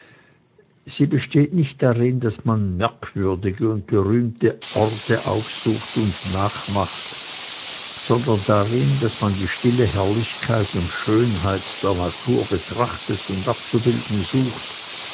sie besteht nicht darin daß man merkwürdige und berühmte orte aufsucht und nachmacht sondern darin daß man die stille herrlichkeit und schönheit der natur betrachtet und abzubilden sucht